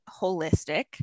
holistic